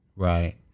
Right